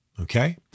Okay